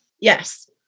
Yes